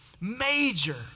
major